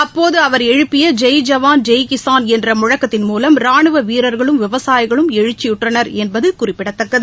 அப்போது அவர் எழுப்பிய ஜெய் ஜவான் ஜெய் கிஸான் என்ற முழக்கத்தின் மூலம் ராணுவ வீரர்களும் விவசாயிகளும் எழுச்சியுற்றனர் என்பது குறிப்பிடத்தக்கது